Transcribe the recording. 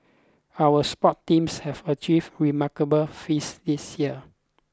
our sport teams have achieved remarkable feats this year